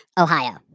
Ohio